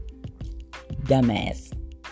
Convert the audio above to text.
dumbass